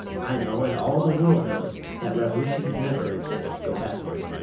i know, and all the world knows, that revolutions never go backward.